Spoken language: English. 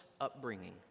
upbringing